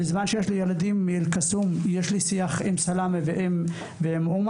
בזמן שבנוגע לילדים באלקסום יש לי שיח עם סאלמה ועם עומר,